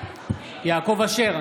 יעקב אשר, נגד